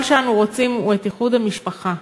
כל שאנו רוצים הוא את איחוד המשפחה.